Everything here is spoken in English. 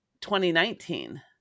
2019